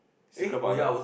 secret partner